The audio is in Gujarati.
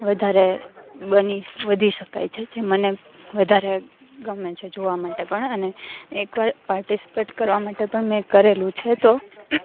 વધારે બની વધી શકાય છે જે મને વધારે ગમે છે જોવા માટે પણ અને એકવાર પાર્ટિસિપેટ કરવા માટે પણ મેં કરેલું છે તો